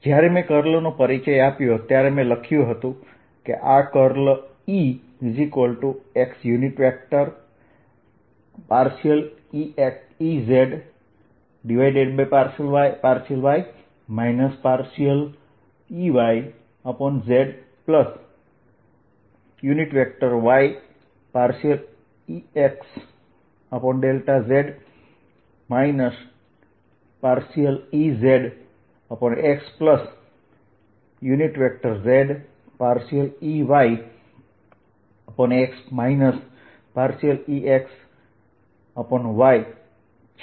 જયારે મેં કર્લ નો પરિચય આપ્યો ત્યારે મેં લખ્યું હતું કે આ curl ExEz∂y Ey∂z yEx∂z Ez∂xz Ey∂x Ex∂y છે